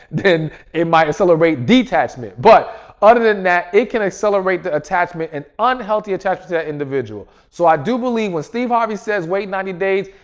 then it might accelerate detachment. but other than that, it can accelerate the attachment and unhealthy attachment to the individual. so, i do believe when steve harvey says wait ninety days,